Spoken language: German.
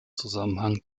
zusammenhang